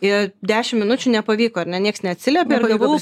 ir dešimt minučių nepavyko ar ne nieks neatsiliepė ir gavau